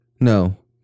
No